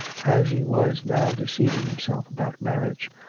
as he was now deceiving himself about marriage.